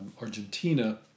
Argentina